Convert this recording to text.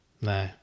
No